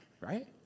right